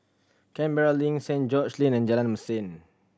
Canberra Link Saint George's Lane and Jalan Mesin